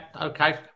Okay